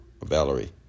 Valerie